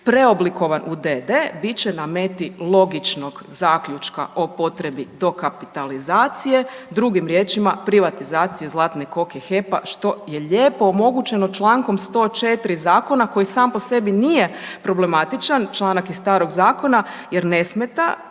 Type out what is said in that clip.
preoblikovan u d.d., bit će na meti logičnog zaključka o potrebi dokapitalizacije, drugim riječima, privatizacije zlatne koke HEP-a, što je lijepo omogućeno čl. 104. zakona koji sam po sebi nije problematičan, članak iz starog zakona jer ne smeta,